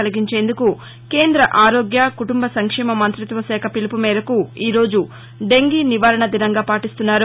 కలిగించేందుకు కేంద్ర ఆరోగ్య కుటుంబ నంక్షేమ మంత్రిత్వ శాఖ పిలుపుమేరకు ఈ రోజు దెంగీ నివారణ దినంగా పాటిస్తున్నారు